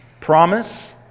promise